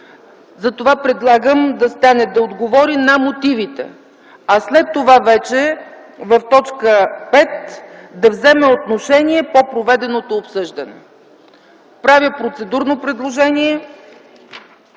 Затова предлагам да стане „да отговори на мотивите”, а след това вече в т. 5 – да вземе отношение по проведеното обсъждане. Правя процедурно предложение